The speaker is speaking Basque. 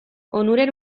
onuren